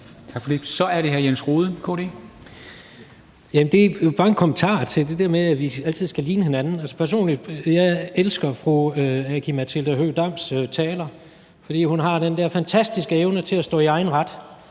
Tak for det. Så er det hr. Jens Rohde, KD. Kl. 21:26 Jens Rohde (KD): Det er bare en kommentar til det der med, at vi altid skal ligne hinanden. Jeg elsker fru Aki-Matilda Høegh-Dams taler, fordi hun har den der fantastiske evne til at stå i egen ret